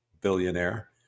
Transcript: billionaire